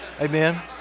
Amen